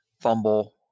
fumble